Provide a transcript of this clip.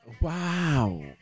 Wow